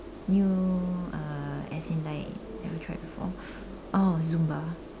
new uh as it like never try before oh zumba